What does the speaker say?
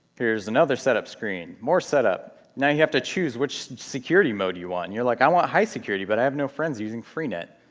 here's another setup screen. more setup. now you have to choose which security mode you want. and you're like i want high security, but i have no friends using freenet.